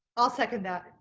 i'll second that.